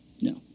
No